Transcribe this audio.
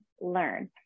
learn